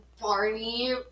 Barney